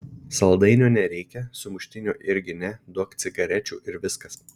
saldainio nereikia sumuštinio irgi ne duok cigarečių ir viskas